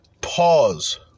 pause